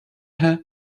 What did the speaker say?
her